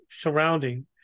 surrounding